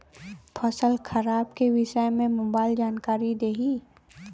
फसल खराब के विषय में मोबाइल जानकारी देही